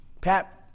Pap